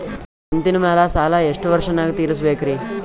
ಕಂತಿನ ಮ್ಯಾಲ ಸಾಲಾ ಎಷ್ಟ ವರ್ಷ ನ್ಯಾಗ ತೀರಸ ಬೇಕ್ರಿ?